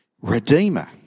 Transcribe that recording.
redeemer